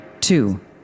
Two